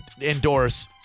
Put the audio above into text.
endorse